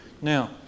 Now